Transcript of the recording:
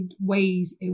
ways